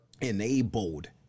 enabled